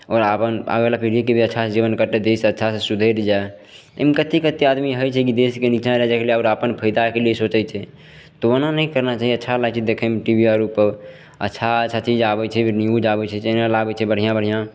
आओर अपन आबऽवला फैमिली केलिये अच्छासँ जीवन कटय जैसे अच्छासँ सुधरि जाइ एहन कते कते आदमी होइ छै जे देशके नीचा लऽ जाइके लिये आओर अपन फायदा कयलिये सोचय छै तऽ ओना नहि करना चाहिये अच्छा लागय छै टी वी आरपर अच्छा अच्छा चीज आबय छै न्यूज आबय छै चैनल आबय छै बढ़िआँ बढ़िआँ